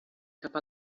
cap